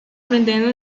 vendendo